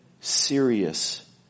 serious